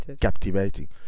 captivating